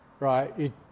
Right